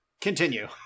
Continue